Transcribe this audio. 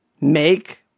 make